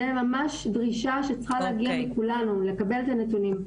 זו ממש דרישה שצריכה להגיע מכולנו: לקבל את הנתונים.